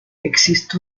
existe